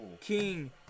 King